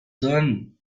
done